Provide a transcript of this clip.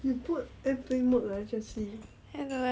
ya but I haven't get I forgot